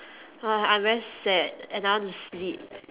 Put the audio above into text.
ugh I'm very sad and I want to sleep